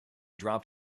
dropped